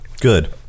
Good